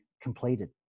completed